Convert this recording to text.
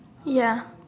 ya